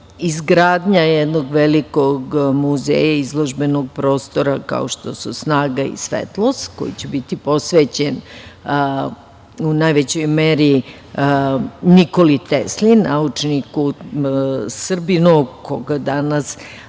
Izgradnja jednog velikog muzeja, izložbenog prostora, kao što su „Snaga i Svetlost“, koji će biti posvećen u najvećoj meri Nikoli Tesli, naučniku, Srbinu, koga danas